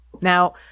Now